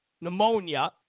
Pneumonia